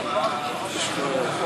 פשוט.